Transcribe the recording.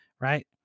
right